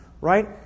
right